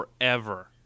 forever